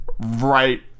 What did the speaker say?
right